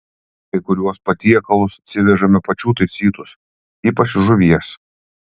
kai kuriuos patiekalus atsivežame pačių taisytus ypač žuvies